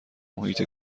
محیط